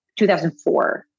2004